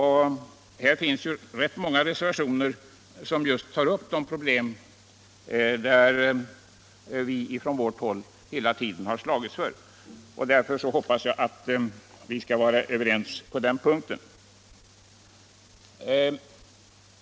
Här finns rätt många reservationer som just tar upp de förslag som vi hela tiden slagits för. Jag hoppas därför att vi skall vara överens på den punkten.